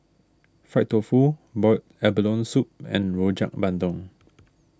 Fried Tofu Boiled Abalone Soup and Rojak Bandung